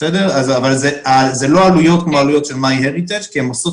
זה לא עלויות כמו עלויות של MyHeritage כי הן עושות